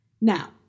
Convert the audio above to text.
Now